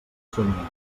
somniar